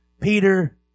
Peter